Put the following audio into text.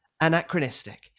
anachronistic